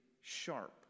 sharp